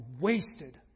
wasted